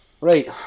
Right